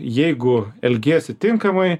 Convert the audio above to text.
jeigu elgiesi tinkamai